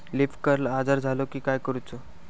Leaf curl आजार झालो की काय करूच?